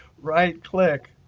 right-click.